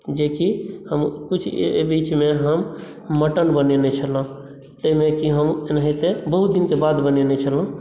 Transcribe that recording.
जेकि हम कुछ एहि बीचमे हम मटन बनेने छलहुॅं ताहि मे कि हम एनाहिते बहुत दिनके बाद बनेने छलहुॅं